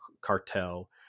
cartel